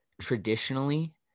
traditionally